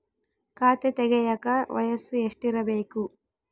ಖಾತೆ ತೆಗೆಯಕ ವಯಸ್ಸು ಎಷ್ಟಿರಬೇಕು?